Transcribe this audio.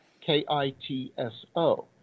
K-I-T-S-O